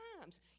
times